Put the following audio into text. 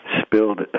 spilled